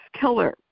killer